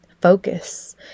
focus